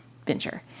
venture